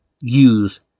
use